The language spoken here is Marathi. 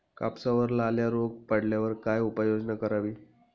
कापसावर लाल्या रोग पडल्यावर काय उपाययोजना करावी?